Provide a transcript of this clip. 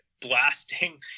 blasting